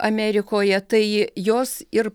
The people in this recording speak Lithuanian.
amerikoje tai jos ir